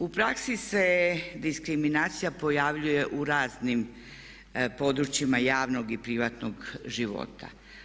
U praksi se diskriminacija pojavljuje u raznim područjima javnog i privatnog života.